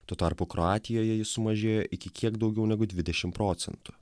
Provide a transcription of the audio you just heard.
tuo tarpu kroatijoje jis sumažėjo iki kiek daugiau negu dvidešim procentų